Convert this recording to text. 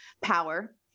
power